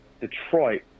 Detroit